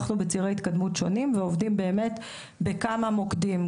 אנחנו בצירי התקדמות שונים ועובדים באמת בכמה מוקדים,